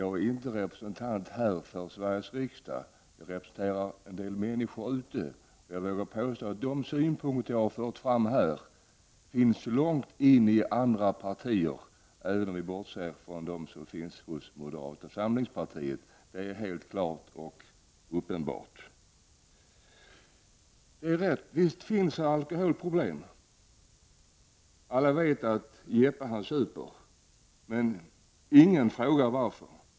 Jag är inte representant här för Sveriges riksdag. Jag representerar en del människor ute. Jag vill påstå att de synpunkter jag här har fört fram finns långt inne hos andra partier, även om vi bortser från dem som finns hos moderaterna. Det är helt klart och uppenbart. Visst finns det alkoholproblem. Alla vet att Jeppe super, men ingen frågar varför.